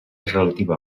relativa